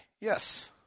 yes